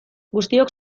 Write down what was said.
guztiok